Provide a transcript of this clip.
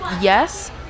Yes